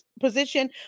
position